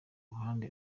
ruhande